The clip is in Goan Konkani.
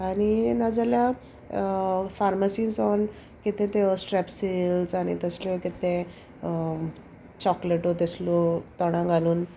आनी नाजाल्या फार्मासी सावन कितें त्यो स्ट्रेपसील्स आनी तसल्यो कितें चॉकलेटो तसल्यो तोंडां घालून